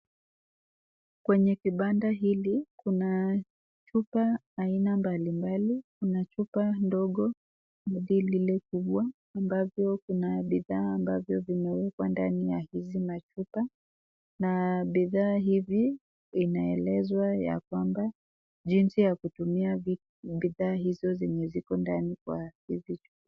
Kwenye kibanda hili, kuna chupa aina mbalimbali; kuna chupa ndogo na lile kubwa, ambavyo kuna bidhaa ambavyo vimewekwa ndani ya hizi machupa, na bidhaa hivi inaelezwa ya kwamba jinsi ya kutumia bidhaa hizo zenye ziko ndani kwa hizi chupa.